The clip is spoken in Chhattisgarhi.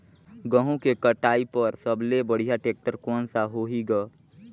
गहूं के कटाई पर सबले बढ़िया टेक्टर कोन सा होही ग?